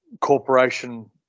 Corporation